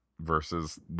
Versus